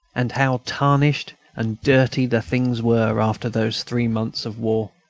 and how tarnished and dirty the things were, after those three months of war!